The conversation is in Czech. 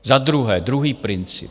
Za druhé, druhý princip.